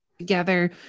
together